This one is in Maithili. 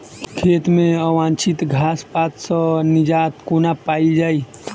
खेत मे अवांछित घास पात सऽ निजात कोना पाइल जाइ?